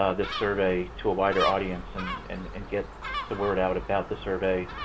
ah this survey to a wider audience and and and get the word out about the survey.